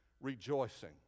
rejoicing